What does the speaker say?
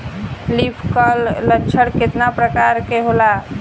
Leaf curl लक्षण केतना परकार के होला?